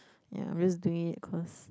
ya I'm just doing it cause